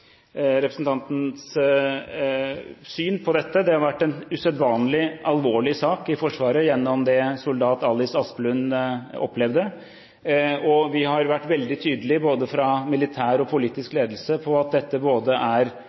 representantens syn på dette. Det soldat Alice Aspelund opplevde, har vært en usedvanlig alvorlig sak for Forsvaret, og vi har vært veldig tydelige, fra både militær og politisk ledelse, på at dette er